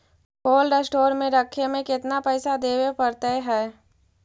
Cold store में रखे में केतना पैसा देवे पड़तै है?